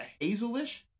hazelish